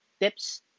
tips